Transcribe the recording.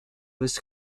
was